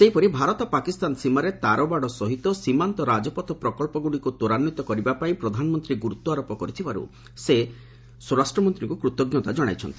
ସେହିପରି ଭାରତ ପାକିସ୍ତାନ ସୀମାରେ ତାରବାଡ଼ ସହ ସୀମାନ୍ତ ରାଜପଥ ପ୍ରକଳ୍ପଗୁଡ଼ିକୁ ତ୍ୱରାନ୍ୱିତ କରିବା ପାଇଁ ପ୍ରଧାନମନ୍ତ୍ରୀ ଗୁରୁତ୍ୱ ଆରୋପ କରିଥିବାରୁ ସେ ତାଙ୍କୁ କୃତଜ୍ଞତା ଜଣାଇଛନ୍ତି